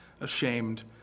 ashamed